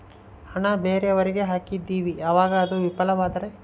ಹಣ ಬೇರೆಯವರಿಗೆ ಹಾಕಿದಿವಿ ಅವಾಗ ಅದು ವಿಫಲವಾದರೆ?